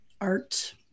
art